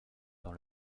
dans